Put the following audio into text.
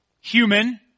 human